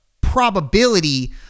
probability